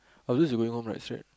after this you going home right straight